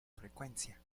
frecuencia